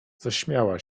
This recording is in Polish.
zaśmiała